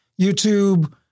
YouTube